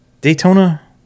Daytona